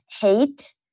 hate